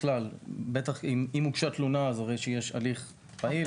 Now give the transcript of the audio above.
אם הוגשה תלונה הרי שיש הליך פעיל,